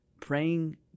praying